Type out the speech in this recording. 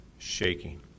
Shaking